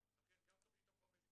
לכן גם תכנית החומש,